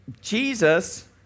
Jesus